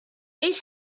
each